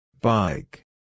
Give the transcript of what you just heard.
Bike